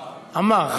עמאר.